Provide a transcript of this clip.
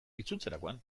itzultzerakoan